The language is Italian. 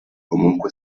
comunque